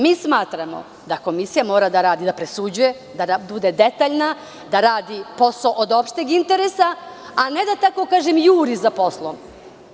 Mi smatramo da komisija mora da radi, da presuđuje, da bude detaljna, da radi posao od opšteg interesa, a ne da juri posao.